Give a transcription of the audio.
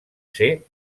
ser